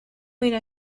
era